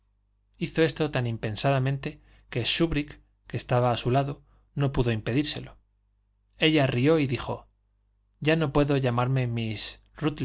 hizo esto tan impensadamente que shúbrick que estaba a su lado no pudo impedírselo ella rió y dijo ya no puedo llamarme miss